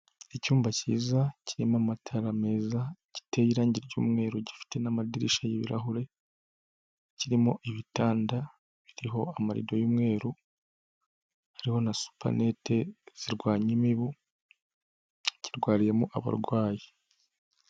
Icyumba kiza kirimo amatara meza, giteye irangi ry'umweru, gifite n'amadirishya y'ibirahure, kirimo ibitanda biriho amarido y'umweru, hariho na supanete zirwanya imibu, kirwariyemo abarwayi.